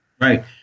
Right